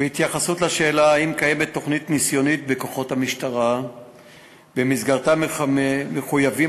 לשאלה אם קיימת תוכנית ניסיונית בכוחות המשטרה שבמסגרתה מחויבים